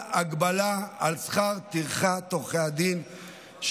הגבלה על שכר הטרחה שגובים עורכי הדין.